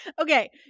Okay